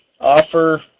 offer